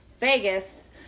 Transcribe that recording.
Vegas